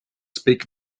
speak